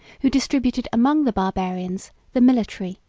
who distributed among the barbarians the military,